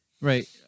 Right